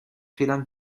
fehlern